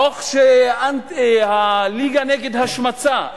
איך הליגה נגד השמצה,